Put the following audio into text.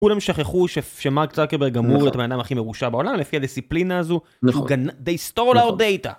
כולם שכחו שמרק צקרברג אמור להיות המנהל הכי מרושע בעולם לפי הדיסציפלינה הזו. נכון. הוא they stole our data